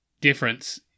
difference